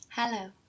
Hello